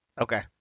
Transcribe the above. Okay